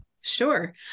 Sure